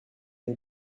and